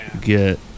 get